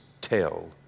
tell